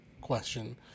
question